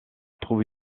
trouve